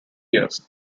years